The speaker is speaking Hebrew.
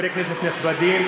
חברי כנסת נכבדים,